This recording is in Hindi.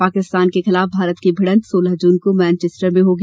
पाकिस्तान के खिलाफ भारत की भिड़ंत सोलह जून को मैनचैस्टर में होगी